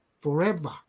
forever